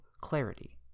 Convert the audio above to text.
Clarity